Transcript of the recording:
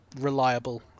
reliable